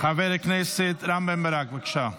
חבר הכנסת רם בן ברק, בבקשה.